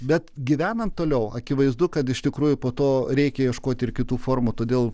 bet gyvenant toliau akivaizdu kad iš tikrųjų po to reikia ieškoti ir kitų formų todėl